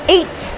Eight